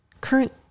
current